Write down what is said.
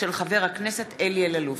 של חבר הכנסת אלי אלאלוף.